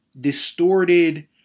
distorted